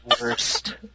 worst